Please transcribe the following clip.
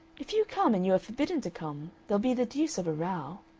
if you come and you are forbidden to come there'll be the deuce of a row.